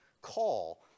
call